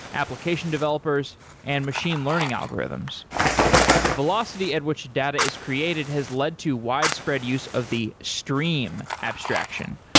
application developers and machine learning algorithms the velocity at which data is created has led to widespread use of the stream abstraction.